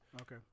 Okay